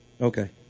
okay